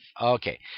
Okay